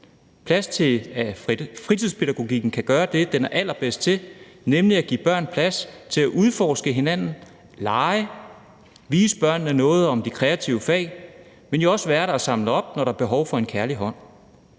plads til, at fritidspædagogikken kan gøre det, den er allerbedst til, nemlig at give børn plads til at udforske hinanden, lege, vise børnene noget om de kreative fag, men jo også være der og samle op, når der er behov for en kærlig hånd.